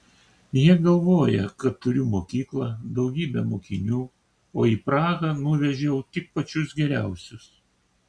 jie galvoja kad turiu mokyklą daugybę mokinių o į prahą nuvežiau tik pačius geriausius